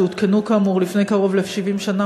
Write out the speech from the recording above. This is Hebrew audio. שהותקנו כאמור לפני קרוב ל-70 שנה,